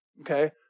Okay